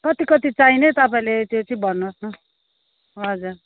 कति कति चाहिने तपाईँले त्यो चाहिँ भन्नुहोस् न हजुर